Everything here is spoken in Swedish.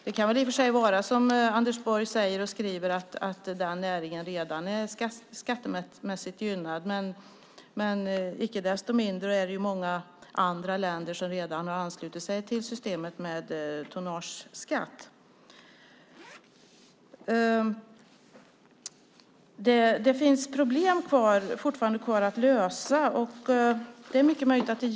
I och för sig kan det vara så som Anders Borg säger och skriver, att denna näring redan är skattemässigt gynnad, men icke desto mindre är det många andra länder som redan har anslutit sig till systemet med tonnageskatt. Det är mycket möjligt att det fortfarande finns problem kvar att lösa.